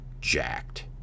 jacked